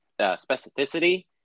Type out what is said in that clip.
specificity